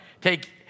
Take